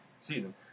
season